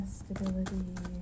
stability